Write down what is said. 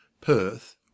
Perth